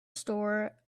store